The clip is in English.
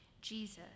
Jesus